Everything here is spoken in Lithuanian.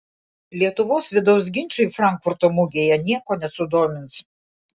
lietuvos vidaus ginčai frankfurto mugėje nieko nesudomins